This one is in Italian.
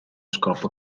scopo